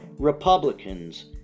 Republicans